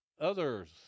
others